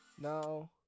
no